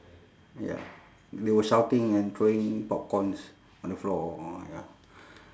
ya they were shouting and throwing popcorns on the floor ya